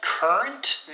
Current